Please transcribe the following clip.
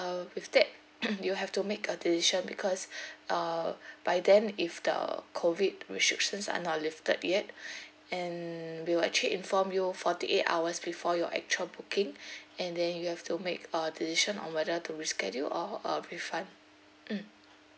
with that you have to make a decision because uh by then if the COVID restrictions are not lifted yet and we'll actually inform you forty eight hours before your actual booking and then you have to make a decision on whether to reschedule or a refund mm